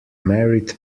married